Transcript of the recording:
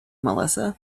melissa